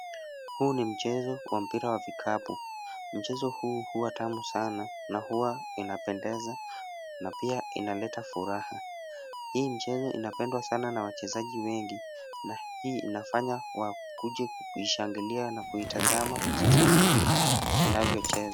Huu ni mchezo wa mpira wa vikapu, mchezo huu huwa tamu sana na huwa inapendeza, na pia inaleta furaha, Hii mchezo inapendwa na wachezaji wengi, na hii inafanya wakuje kushangilia na kuitazama jinsi inavyochezwa.